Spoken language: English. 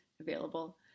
available